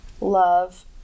love